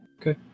okay